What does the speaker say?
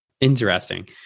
Interesting